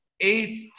eight